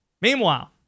Meanwhile